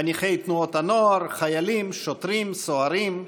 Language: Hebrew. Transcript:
חניכי תנועות הנוער, חיילים, שוטרים, סוהרים,